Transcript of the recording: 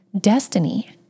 destiny